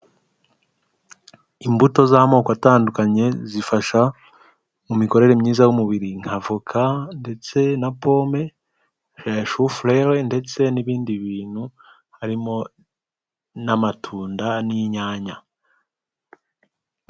Imbuto z'amoko atandukanye zifasha mu mikorere myiza y'umubiri nk'avoka ndetse na pome ,chou fleur ndetse n'ibindi bintu harimo n'amatunda n'inyanya.